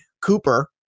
Cooper